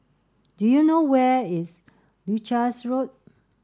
do you know where is Leuchars Road